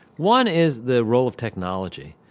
one is the role of technology.